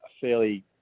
fairly